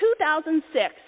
2006